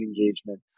engagement